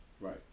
Right